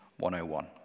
101